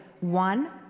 One